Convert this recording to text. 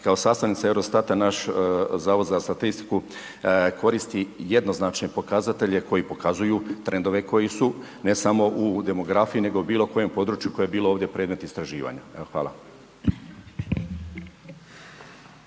kao sastavnica Eurostata naš Zavod za statistiku koristi jednoznačne pokazatelje koji pokazuju trendove koji su ne samo u demografiji nego u bilo kojem području koje je bilo ovdje predmet istraživanja. Evo,